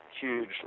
huge